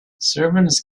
servants